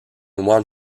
one